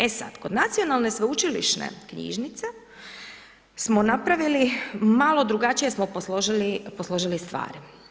E sad, kod nacionalne sveučilišne knjižnice smo napravili, malo drugačije smo posložili stvari.